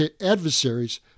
adversaries